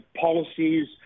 policies